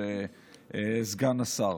של סגן השר.